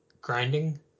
grinding